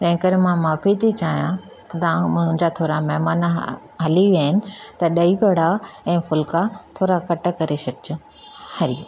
तंहिं करे मां माफ़ी थी चाहियां तव्हां मुंहिंजा थोरा महिमान हली विया आहिनि त ॾही वड़ा ऐं फुलका थोरा घटि करे छॾिजो हले